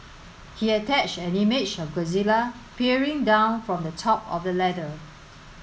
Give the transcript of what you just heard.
he attached an image of Godzilla peering down from the top of the ladder